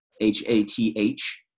H-A-T-H